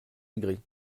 aigris